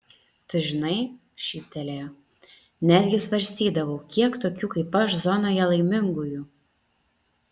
tu žinai šyptelėjo netgi svarstydavau kiek tokių kaip aš zonoje laimingųjų